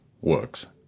works